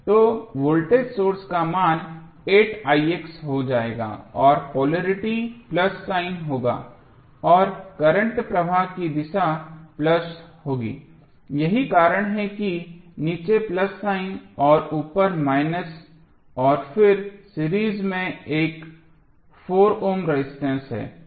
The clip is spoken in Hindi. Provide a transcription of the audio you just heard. तो वोल्टेज सोर्स का मान हो जाएगा और पोलेरिटी प्लस साइन होगा और करंट प्रवाह की दिशा प्लस होगी यही कारण है कि नीचे प्लस साइन और ऊपर माइनस और फिर सीरीज में एक 4 ओम रेजिस्टेंस है